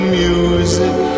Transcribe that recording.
music